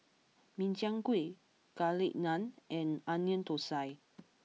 Min Chiang Kueh Garlic Naan and Onion Thosai